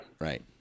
Right